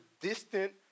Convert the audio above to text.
distant